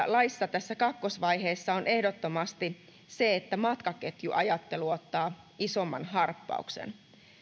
tässä kakkosvaiheessa on ehdottomasti se että matkaketjuajattelu ottaa isomman harppauksen